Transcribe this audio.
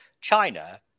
China